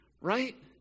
right